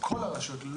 כל הרשויות,